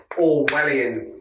Orwellian